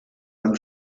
einem